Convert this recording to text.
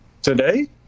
Today